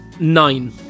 nine